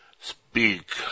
speak